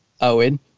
owen